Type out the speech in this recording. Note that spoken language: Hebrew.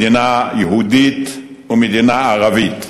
מדינה יהודית ומדינה ערבית,